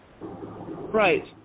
Right